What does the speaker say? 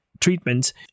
treatments